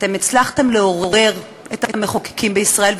אתם הצלחתם לעורר את המחוקקים בישראל,